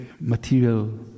material